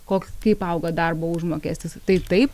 koks kaip auga darbo užmokestis tai taip